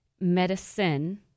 medicine